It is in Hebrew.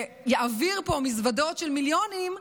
שיעביר פה מזוודות של מיליונים,